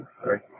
Sorry